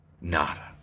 Nada